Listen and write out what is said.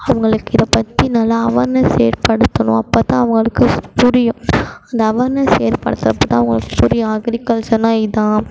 அவங்களுக்கு இதை பற்றி நல்லா அவர்னஸ் ஏற்படுத்தணும் அப்போதுதான் அவங்களுக்கு புரியும் அந்த அவர்னஸ் ஏற்படுத்துகிறப்போதான் அவங்களுக்கு புரியும் அக்ரிகல்ச்சருனா இதான்